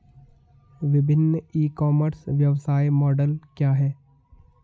विभिन्न e commerce व्यवसाय model क्या हैं?